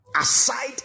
aside